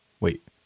Wait